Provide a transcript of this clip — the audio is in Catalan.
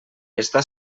està